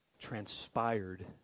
transpired